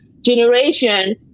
generation